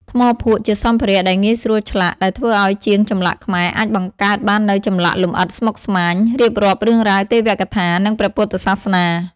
ថ្មភក់ជាសម្ភារៈដែលងាយស្រួលឆ្លាក់ ដែលធ្វើអោយជាងចម្លាក់ខ្មែរអាចបង្កើតបាននូវចម្លាក់លម្អិតស្មុគស្មាញ រៀបរាប់រឿងរ៉ាវទេវកថា និងព្រះពុទ្ធសាសនា។